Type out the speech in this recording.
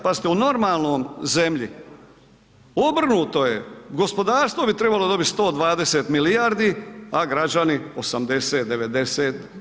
Pazite u normalnoj zemlji, obrnuto je gospodarstvo bi trebalo dobiti 120 milijardi, a građani 80, 90.